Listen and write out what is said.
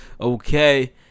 okay